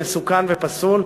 מסוכן ופסול,